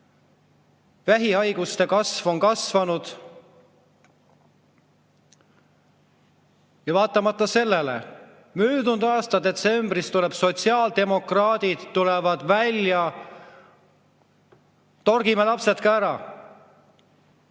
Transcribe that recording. Vähihaiguste [arv] on kasvanud. Ja vaatamata sellele möödunud aasta detsembris tulid sotsiaaldemokraadid välja: torgime lapsed ka ära.